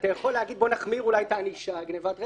אתה יכול להגיד נחמיר את הענישה על גניבת רכב.